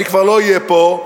אני כבר לא אהיה פה,